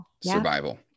Survival